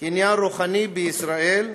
קניין רוחני בישראל.